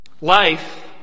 Life